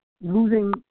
losing